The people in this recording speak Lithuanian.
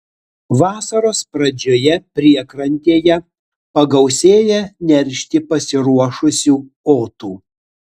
vasaros pradžioje priekrantėje pagausėja neršti pasiruošusių otų